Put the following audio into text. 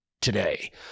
today